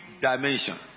dimension